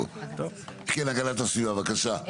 כן, הגנת הסביבה, בבקשה.